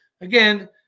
Again